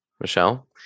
Michelle